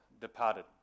departed